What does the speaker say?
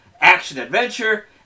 action-adventure